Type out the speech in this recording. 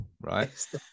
right